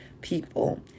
people